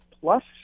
plus